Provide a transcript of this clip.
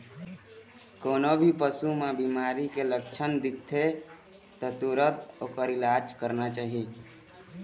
कोनो भी पशु म बिमारी के लक्छन दिखत हे त तुरत ओखर इलाज करना चाही